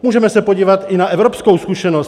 Můžeme se podívat i na evropskou zkušenost.